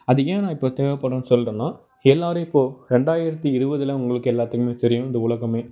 அது ஏன் நான் இப்போ தேவைப்படும்னு சொல்லுறன்னா எல்லாரும் இப்போ ரெண்டாயிரத்து இருபதுல உங்களுக்கு எல்லாத்துக்குமே தெரியும் இந்த உலகமே